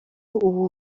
ubu